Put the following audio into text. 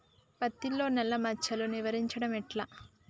పత్తిలో నల్లా మచ్చలను నివారించడం ఎట్లా?